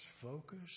focus